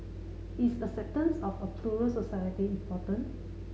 is acceptance of a plural society important